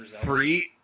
free